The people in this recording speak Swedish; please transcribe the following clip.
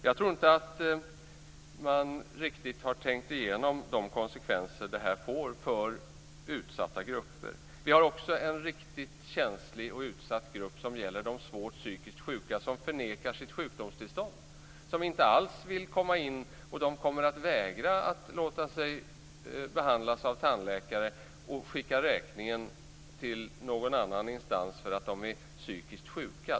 Jag tror inte att man riktigt har tänkt igenom de konsekvenser detta får för utsatta grupper. Vi har också en riktigt känslig och utsatt grupp. Det gäller de svårt psykiskt sjuka som förnekar sitt sjukdomstillstånd och inte alls vill komma in. De kommer att vägra att låta sig behandlas av tandläkare och skickar räkningen till någon annan instans för att de är psykiskt sjuka.